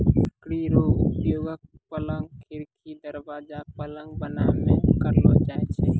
लकड़ी रो उपयोगक, पलंग, खिड़की, दरबाजा, पलंग बनाय मे करलो जाय छै